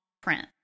print